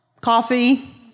coffee